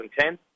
2010